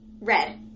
Red